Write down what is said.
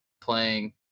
playing